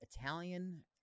Italian